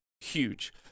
huge